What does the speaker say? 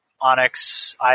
Onyx